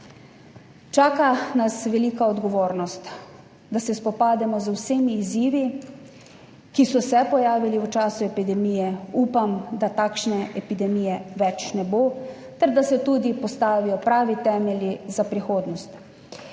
Čaka nas velika odgovornost, da se spopademo z vsemi izzivi, ki so se pojavili v času epidemije – upam, da takšne epidemije ne bo več – ter da se tudi postavijo pravi temelji za prihodnost,